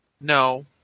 No